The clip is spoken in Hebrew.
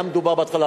היה מדובר בהתחלה על